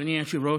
אדוני היושב-ראש,